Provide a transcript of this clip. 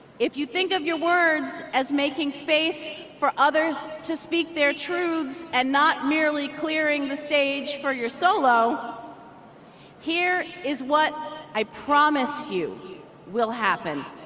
if you think of your words as making space for others to speak their truths and not merely clearing the stage for your solo here is what i promise you will happen